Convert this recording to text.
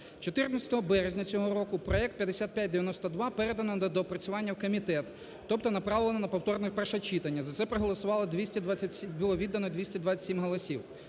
14 березня цього року проект 5592 передано на доопрацювання в комітет, тобто направлено на повторне перше читання, за це проголосувало… було віддано 227 голосів.